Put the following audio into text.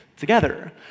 together